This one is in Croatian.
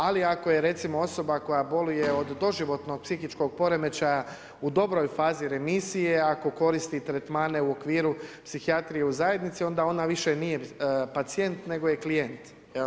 Ali ako je recimo osoba koja boluje od doživotnog psihičkog poremećaja u dobroj fazi remisije, ako koristi tretmane u okviru psihijatrije u zajednici onda ona više nije pacijent nego je klijent.